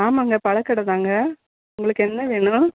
ஆமாங்க பழக்கடைதாங்க உங்களுக்கு என்ன வேணும்